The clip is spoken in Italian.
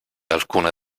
alcuna